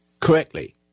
correctly